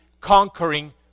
conquering